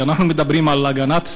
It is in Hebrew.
כשאנחנו מדברים על הגנת הסביבה,